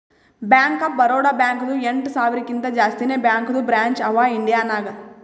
bank of Baroda ಬ್ಯಾಂಕ್ದು ಎಂಟ ಸಾವಿರಕಿಂತಾ ಜಾಸ್ತಿನೇ ಬ್ಯಾಂಕದು ಬ್ರ್ಯಾಂಚ್ ಅವಾ ಇಂಡಿಯಾ ನಾಗ್